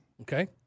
Okay